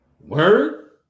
Word